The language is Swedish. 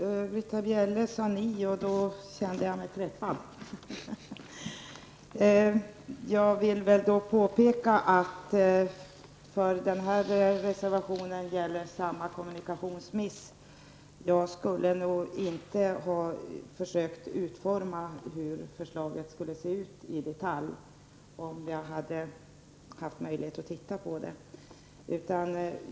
Herr talman! Britta Bjelle sade ''ni'' och då kände jag mig träffad. Jag vill påpeka att det blev en kommunikationsmiss med den här reservationen. Jag skulle nog inte ha försökt utforma förslaget i detalj om jag hade haft möjlighet att titta på det.